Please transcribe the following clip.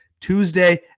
Tuesday